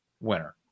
winner